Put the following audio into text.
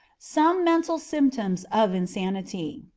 some mental symptoms of insanity.